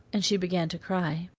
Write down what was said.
and she began to cry.